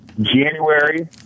January